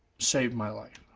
saved my life.